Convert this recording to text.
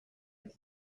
und